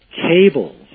cables